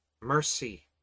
Mercy